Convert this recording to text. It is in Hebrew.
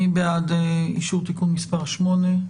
מי בעד אישור תיקון מס' 8?